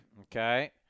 Okay